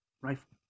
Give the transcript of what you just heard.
rifle